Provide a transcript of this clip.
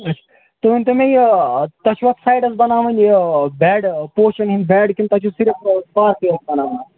اچھا تُہۍ ؤنۍتَو مےٚ یہِ تۅہہِ چھُوا سایڈس بَناوٕنۍ یہِ بیڈ پوشن ہٕنٛدۍ بیڈ کہِ نہٕ تُہۍ چھُو صِرف پارکٕے یوت بَناوٕنۍ